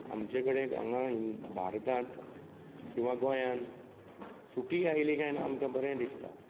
आमचें कडेन हांगा भारतांत किंवां गोंयांत सुटी आयली कांय ना आमकां बरें दिसता